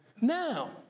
Now